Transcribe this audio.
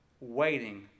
waiting